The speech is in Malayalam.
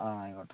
ആ ആയിക്കോട്ടേ